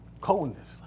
coldness